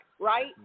right